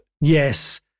yes